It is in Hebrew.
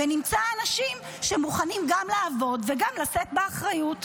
ונמצא אנשים שמוכנים גם לעבוד וגם לשאת באחריות.